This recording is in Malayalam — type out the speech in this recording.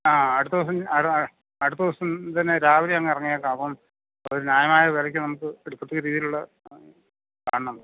ആ അടുത്ത ദിവസം അത് അടുത്ത ദിവസം തന്നെ രാവിലെ അങ്ങ് ഇറങ്ങിയേക്കാം അപ്പം ഒരു ന്യായമായ വിലക്ക് നമുക്ക് ഒരു പ്രത്യേക രീതിയിലുള്ള കാണണം